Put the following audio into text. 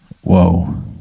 Whoa